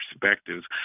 perspectives